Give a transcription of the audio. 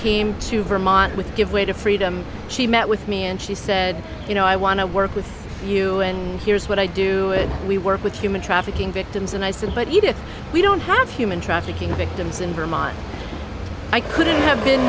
came to vermont with give way to freedom she met with me and she said you know i want to work with you and here's what i do it we work with human trafficking victims and i said but we don't have human trafficking victims in vermont i couldn't have been